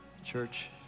church